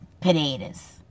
Potatoes